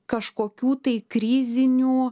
kažkokių tai krizinių